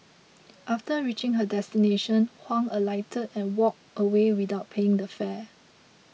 after reaching her destination Huang alighted and walked away without paying the fare